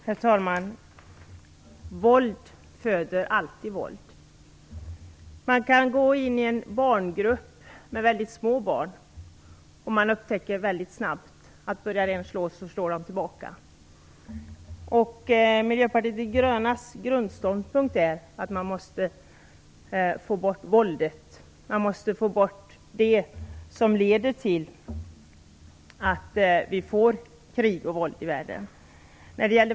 Herr talman! Våld föder alltid våld. Också i en grupp med väldigt små barn upptäcker man mycket snabbt att börjar en slå slår andra tillbaka. Miljöpartiet de grönas grundståndpunkt är att våldet måste bort. Vi måste få bort det som leder till krig och våld i världen.